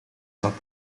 zat